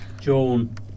John